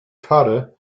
karę